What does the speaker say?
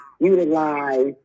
utilize